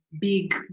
big